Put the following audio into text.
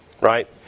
right